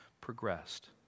progressed